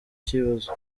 kibazo